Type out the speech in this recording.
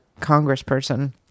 congressperson